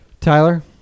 Tyler